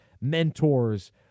mentors